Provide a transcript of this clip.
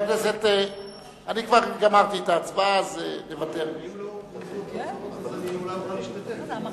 אם לא הוכרזו התוצאות אני אולי אוכל להשתתף.